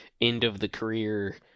end-of-the-career